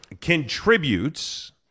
contributes